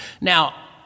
Now